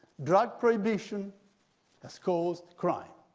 drug prohibition has caused crime.